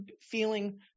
feeling